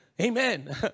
Amen